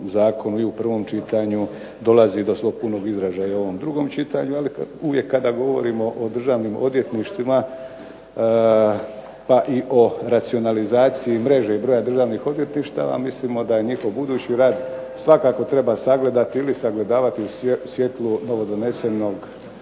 i u prvom čitanju dolazi do svog punog izražaja i u ovom drugom čitanju, ali uvijek kada govorimo o državnim odvjetništvima pa i o racionalizaciji mreže i broja državnih odvjetništava mislimo da njihov budući rad svakako treba sagledati ili sagledavati u svjetlu donesenog